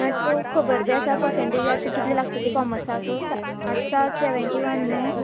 आत खबर जे आसा पसंटेज आतां कितली लागता ती कॉमर्साक आठसा सेवेंटी वान न्हू